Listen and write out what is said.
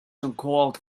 uncalled